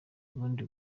ubundi